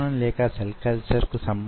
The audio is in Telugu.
మరొక ప్రశ్న